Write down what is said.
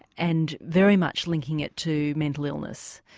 and very much linking it to mental illness.